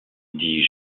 dis